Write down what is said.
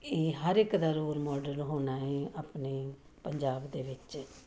ਇਹ ਹਰ ਇੱਕ ਦਾ ਰੋਲ ਮਾਡਲ ਹੋਣਾ ਹੈ ਆਪਣੇ ਪੰਜਾਬ ਦੇ ਵਿੱਚ